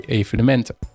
evenementen